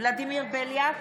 ולדימיר בליאק,